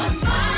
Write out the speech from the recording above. smile